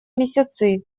месяцы